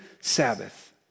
Sabbath